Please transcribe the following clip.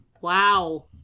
Wow